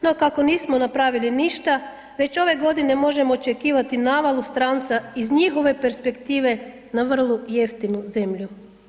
No, kako nismo napravili ništa već ove godine možemo očekivati navalu stranca iz njihove perspektive na vrlo jeftinu zemlju.